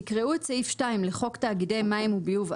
יקראו את סעיף 2 לחוק תאגידי מים וביוב,